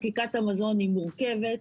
חקיקת המזון היא מורכבת,